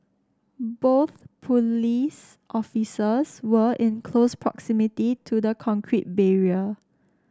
both police officers were in close proximity to the concrete barrier